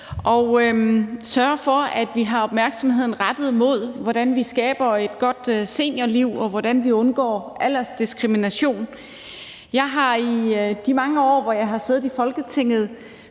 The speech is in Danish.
og sørge for, at vi har opmærksomheden rettet imod, hvordan vi skaber et godt seniorliv, og hvordan vi undgår aldersdiskrimination. Jeg har i de mange år, hvor jeg har siddet i Folketinget,